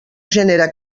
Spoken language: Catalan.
genera